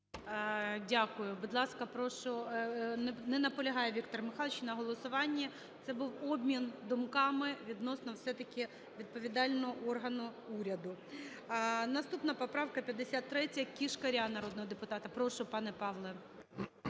прошу… Не наполягає Віктор Михайлович на голосуванні. Це був обмін думками відносно все-таки відповідального органу уряду. Наступна поправка – 53, Кишкаря народного депутата. Прошу, пане Павле.